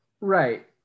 Right